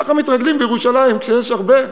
ככה מתרגלים בירושלים: כשיש הרבה,